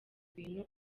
bintu